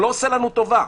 הוא לא עושה לנו טובה.